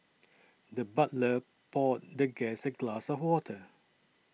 the butler poured the guest a glass of water